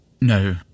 No